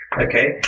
Okay